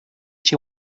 she